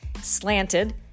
Slanted